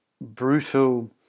brutal